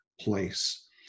place